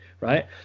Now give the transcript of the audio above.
right